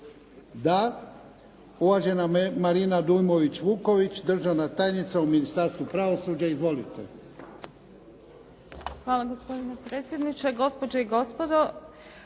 Da. Uvažena Marina Dujmović-Vuković, državna tajnica u Ministarstvu pravosuđa. Izvolite. **Dujmović Vuković, Marina** Hvala gospodine potpredsjedniče, gospođe i gospodo.